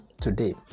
today